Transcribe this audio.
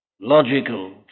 logical